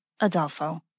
Adolfo